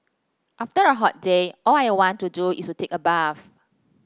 after a hot day all I want to do is to take a bath